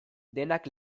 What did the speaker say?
denak